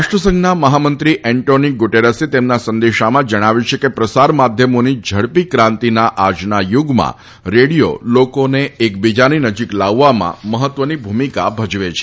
રાષ્ટ્રસંઘના મહામંત્રી એન્ટોની ગુટેરસે તેમના સંદેશામાં જણાવ્યું છે કે પ્રસાર માધ્યમોની ઝડપી ક્રાંતિના આજના યુગમાં રેડિયો લોકોને એકબીજાની નજીક લાવવામાં મહત્વની ભૂમિકા ભજવે છે